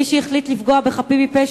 מי שהחליט לפגוע בחפים מפשע,